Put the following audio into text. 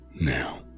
now